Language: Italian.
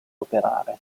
operare